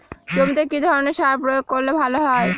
জমিতে কি ধরনের সার প্রয়োগ করলে ভালো হয়?